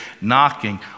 knocking